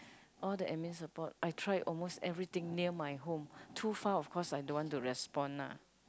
all the admin support I tried almost everything near my home too far of course I don't want to respond lah